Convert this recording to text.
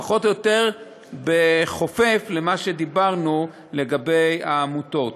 פחות או יותר בחופף למה שדיברנו לגבי העמותות.